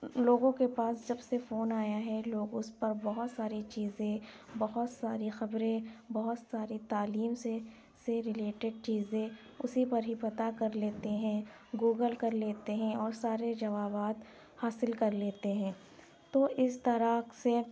لوگوں کے پاس جب سے فون آیا ہے لوگ اُس پر بہت ساری چیزیں بہت ساری خبریں بہت ساری تعلیم سے سے ریلیٹڈ چیزیں اُسی پر ہی پتہ کر لیتے ہیں گوگل کرلیتے ہیں اور سارے جوابات حاصل کر لیتے ہیں تو اِس طرح سے